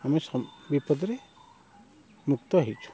ଆମେ ବିପଦରେ ମୁକ୍ତ ହେଇଛୁ